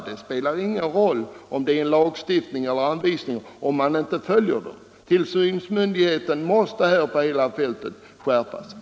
Det spelar ingen roll om vi har lagstiftning eller anvisningar, när de inte följs. Tillsynsmyndigheten måste här skärpa sig på hela fältet.